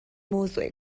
موضوع